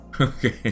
Okay